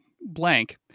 blank